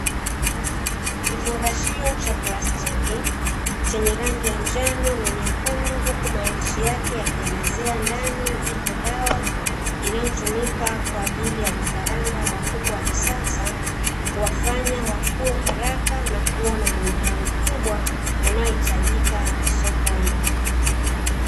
Kifungashio cha plastiki chenye rangi ya njano na nyekundu huku maandishi yake yakielezea ndani ipo dawa inayotumika kwa ajili ya vifaranga wa kuku wa kisasa, kuwafanya wakue haraka na kuwa na muonekano mkubwa unaohitajika sokoni.